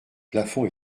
plafond